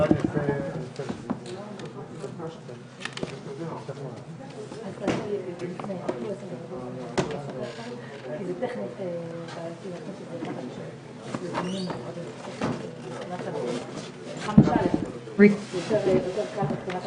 בשעה 10:35.